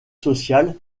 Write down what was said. social